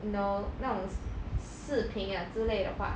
you know 那种 s~ 视频啊之类的话